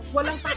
Walang